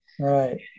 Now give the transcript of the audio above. Right